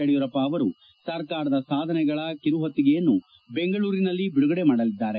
ಯಡಿಯೂರಪ್ಪ ಅವರು ಸರ್ಕಾರದ ಸಾಧನೆಗಳ ಕಿರುಹೊತ್ತಿಗೆಯನ್ನು ಬೆಂಗಳೂರಿನಲ್ಲಿ ಬಿಡುಗಡೆ ಮಾಡಲಿದ್ದಾರೆ